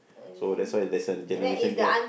so there's a there's a generation gap